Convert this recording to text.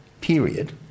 period